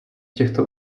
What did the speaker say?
těchto